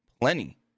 Plenty